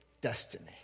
destiny